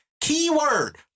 Keyword